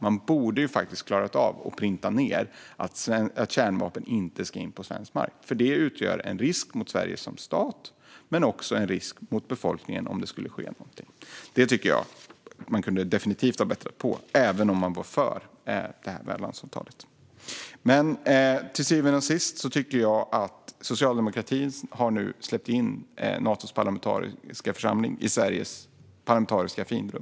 Man borde faktiskt ha klarat av att printa ned att kärnvapen inte ska in på svensk mark. Det skulle utgöra en risk mot Sverige som stat, men också en risk mot befolkningen om det skulle ske någonting. Det tycker jag definitivt att man kunde ha bättrat på, även om man var för värdlandsavtalet. Till syvende och sist tycker jag att det är djupt olyckligt att socialdemokratin nu har släppt in Natos parlamentariska församling i Sveriges parlamentariska finrum.